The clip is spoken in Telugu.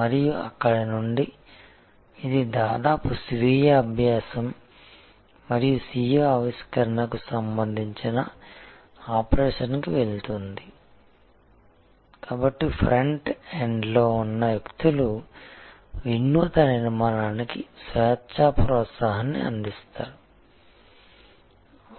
మరియు అక్కడ నుండి ఇది దాదాపు స్వీయ అభ్యాసం మరియు స్వీయ ఆవిష్కరణకు సంబంధించిన ఆపరేషన్కి వెళుతుంది కాబట్టి ఫ్రంట్ ఎండ్లో ఉన్న వ్యక్తులు వినూత్న నిర్మాణానికి స్వేచ్ఛ ప్రోత్సాహాన్ని అందిస్తారు